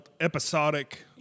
episodic